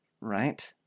Right